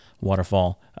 waterfall